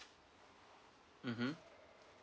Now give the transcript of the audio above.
mmhmm